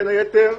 בין היתר: